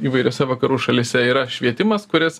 įvairiose vakarų šalyse yra švietimas kuris